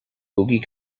boggy